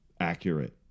accurate